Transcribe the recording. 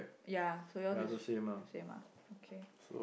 ya so yours is same ah okay